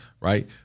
right